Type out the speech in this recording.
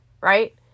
right